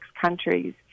countries